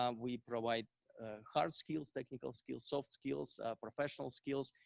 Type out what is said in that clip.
um we provide hard skills, technical skills, soft skills, professional skills,